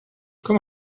come